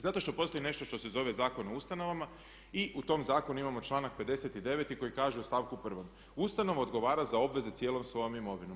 Zato što postoji nešto što se zove Zakon o ustanovama i u tom zakonu imamo članak 59. koji kaže u stavku 1. "Ustanova odgovara za obveze cijelom svojom imovinom.